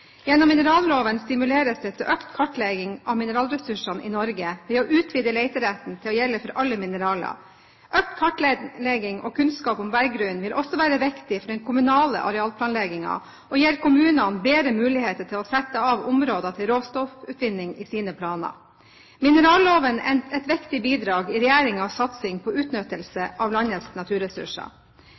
Gjennom mineralloven stimuleres det til økt kartlegging av mineralressursene i Norge ved å utvide leteretten til å gjelde for alle mineraler. Økt kartlegging og kunnskap om berggrunnen vil også være viktig for den kommunale arealplanleggingen, og gir kommunene bedre muligheter til å sette av områder til råstoffutvinning i sine planer. Mineralloven er et viktig bidrag i regjeringens satsing på utnyttelse av landets naturressurser.